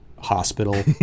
hospital